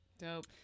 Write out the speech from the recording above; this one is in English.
dope